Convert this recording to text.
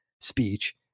speech